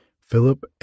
Philip